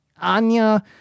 Anya